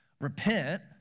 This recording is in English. Repent